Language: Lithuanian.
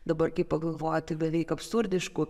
dabar kai pagalvoti tai beveik absurdiškų